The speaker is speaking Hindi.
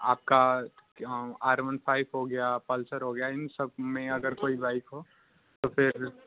आपका आर वन फ़ाइव हो गया पल्सर हो गया है इन सब में अगर कोई बाइक हो तो फिर